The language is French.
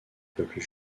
peuple